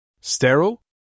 Sterile